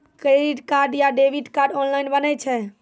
Credit card या debit card online बनै छै?